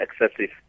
excessive